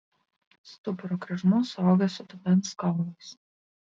stuburo kryžmuo suaugęs su dubens kaulais